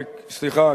סליחה,